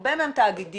הרבה מהן תאגידיות,